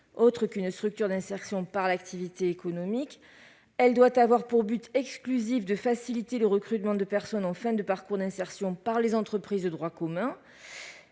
autre qu'une structure d'insertion par l'activité économique. Cette expérimentation doit avoir pour objet exclusif de faciliter le recrutement de personnes en fin de parcours d'insertion par les entreprises de droit commun.